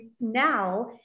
now